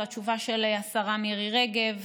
זו התשובה של השרה מירי רגב,